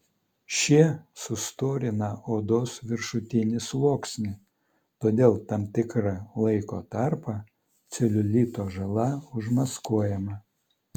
šie sustorina odos viršutinį sluoksnį todėl tam tikrą laiko tarpą celiulito žala užmaskuojama